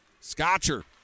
Scotcher